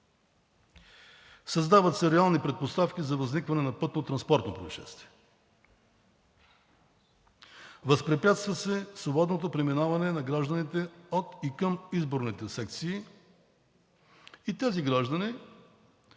Създават се реални предпоставки за възникване на пътнотранспортно произшествие. Възпрепятства се свободното преминаване на гражданите от и към изборните секции и тези граждани,